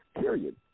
period